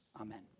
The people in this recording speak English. Amen